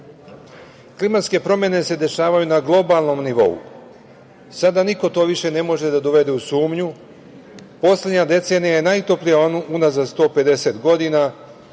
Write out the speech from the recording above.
promenama. Klimatske promene se dešavaju na globalnom nivou. Sada niko to više ne može da dovede u sumnju. Poslednja decenija je najtoplija unazad 150 godina.